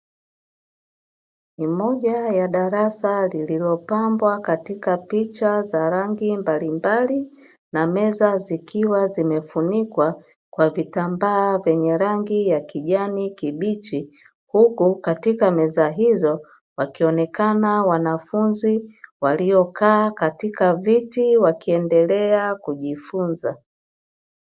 Moja ya darasa lililopambwa katika picha za rangi mbalimbali na meza zikiwa zimefunikwa kwa vitambaa vyenye rangi ya kijani kibichi, huku katika meza hizo wakionekana wanafunzi waliokaa katika viti wakiendelea kujifunza.